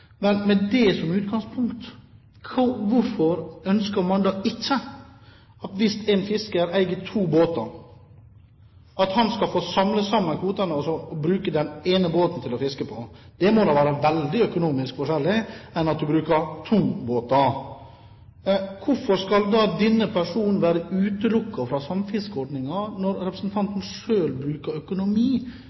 Med det som utgangspunkt, hvorfor ønsker man ikke da at en fisker som eier to båter, skal få samle kvotene og bruke den ene båten på fiske? Det må da være mye mer økonomisk enn at han bruker to båter? Hvorfor skal denne personen utelukkes fra samfiskeordningen, når representanten selv bruker økonomi